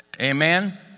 Amen